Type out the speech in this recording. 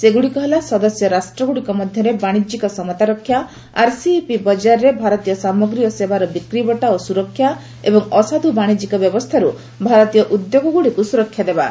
ସେଗୁଡ଼ିକ ହେଲା ସଦସ୍ୟ ରାଷ୍ଟ୍ରଗୁଡ଼ିକ ମଧ୍ୟରେ ବାଣିଜ୍ୟିକ ସମତା ରକ୍ଷା ଆର୍ସିଇପି ବଜାରରେ ଭାରତୀୟ ସାମଗ୍ରୀ ଓ ସେବାର ବିକ୍ରିବଟା ଓ ସୁରକ୍ଷା ଏବଂ ଅସାଧୁ ବାଶିଜ୍ୟିକ ବ୍ୟବସ୍ଥାରୁ ଭାରତୀୟ ଉଦ୍ୟୋଗଗୁଡ଼ିକୁ ସୁରକ୍ଷା ଦେବା